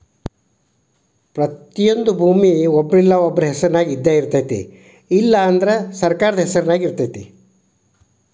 ಪ್ರತಿಯೊಂದು ಭೂಮಿಯ ಒಬ್ರಿಲ್ಲಾ ಒಬ್ರ ಹೆಸರಿನ್ಯಾಗ ಇದ್ದಯಿರ್ತೈತಿ ಇಲ್ಲಾ ಅಂದ್ರ ಸರ್ಕಾರದ ಹೆಸರು ನ್ಯಾಗ ಇರ್ತೈತಿ